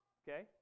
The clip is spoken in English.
okay